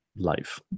life